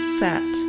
fat